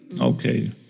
Okay